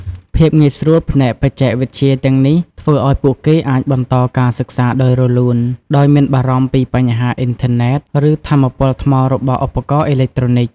ភាពងាយស្រួលផ្នែកបច្ចេកវិទ្យាទាំងនេះធ្វើឱ្យពួកគេអាចបន្តការសិក្សាដោយរលូន ដោយមិនបារម្ភពីបញ្ហាអ៊ីនធឺណេត ឬថាមពលថ្មរបស់ឧបករណ៍អេឡិចត្រូនិក។